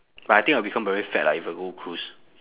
but I think I will become very fat lah if I go cruise